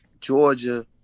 Georgia